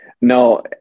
No